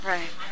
Right